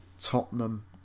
Tottenham